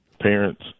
Parents